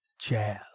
jazz